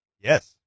Yes